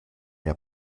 der